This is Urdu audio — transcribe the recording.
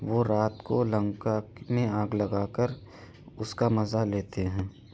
وہ رات کو لنکا میں آگ لگا کر اس کا مزہ لیتے ہیں